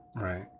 Right